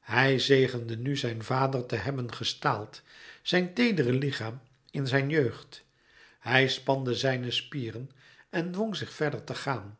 hij zegende nu zijn vader te hebben gestaald zijn teedere lichaam in zijn jeugd hij spande zijne spieren en dwong zich verder te gaan